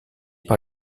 par